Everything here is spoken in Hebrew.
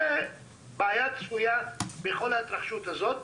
זו בעיה צפויה בכל ההתרחשות הזו.